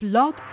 Blog